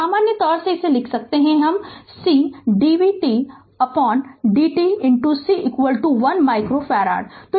तो सामान्य तौर पर इसे लिख सकते हैं c dvtdt c 1 micro farad